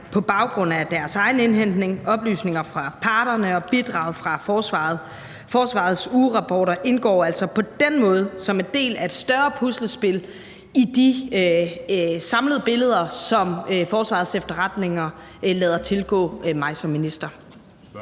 på baggrund af deres egen indhentning, oplysninger fra parterne og bidrag fra forsvaret. Forsvarets ugerapporter indgår altså på den måde som en del af et større puslespil i de samlede billeder, som Forsvarets Efterretningstjeneste lader mig tilgå som minister.